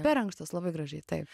per ankštas labai gražiai taip